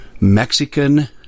Mexican